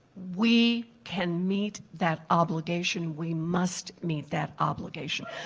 we can meet that obligation. we must meet that obligation.